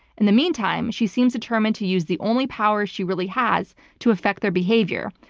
in the meantime, she seems determined to use the only power she really has to affect their behavior,